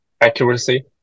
accuracy